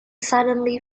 suddenly